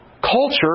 culture